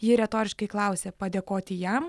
ji retoriškai klausė padėkoti jam